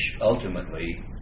ultimately